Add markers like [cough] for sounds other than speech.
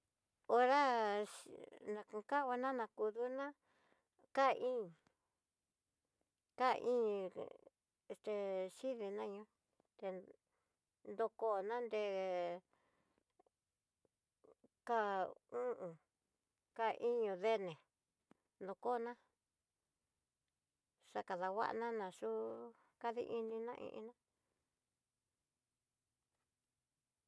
Hora na kon kanguana na ku duná, ka iin, ka iin [hesitation] este si de naniá, te nroko ananre ka o'on, ka iño dené lokona xakanguana naxú kadiininá iná.